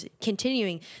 continuing